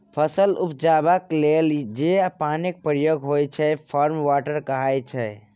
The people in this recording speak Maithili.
फसल उपजेबाक लेल जे पानिक प्रयोग होइ छै फार्म वाटर कहाइ छै